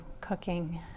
cooking